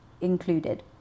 included